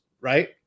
right